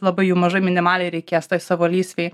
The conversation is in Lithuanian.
labai jų mažai minimaliai reikės tai savo lysvei